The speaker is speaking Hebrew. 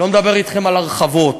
לא מדבר אתכם על הרחבות.